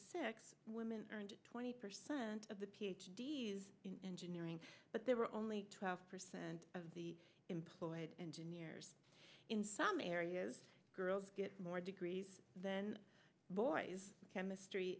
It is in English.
six women earned twenty percent of the ph d s in engineering but there were only twelve percent of the employed engineers in some areas girls get more degrees then boys chemistry